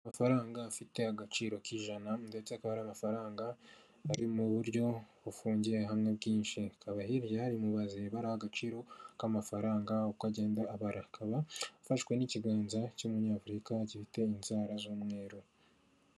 Amafaranga afite agaciro k'ijana ndetse akaba ari amafaranga ari mu buryo bufungiye hamwe bwinshi, hakaba hirya hari mubazi ibara agaciro k'amafaranga uko agenda abara, akaba afashwe n'ikiganza cy'umunyafurika gifite inzara z'umweruro.